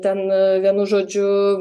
ten na vienu žodžiu